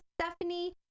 Stephanie